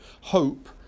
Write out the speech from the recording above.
hope